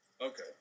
Okay